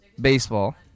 baseball